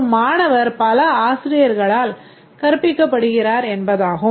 ஒரு மாணவர் பல ஆசிரியர்களால் கற்பிக்கப்படுகிறார் என்பதாகும்